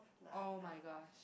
oh-my-gosh